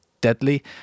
deadly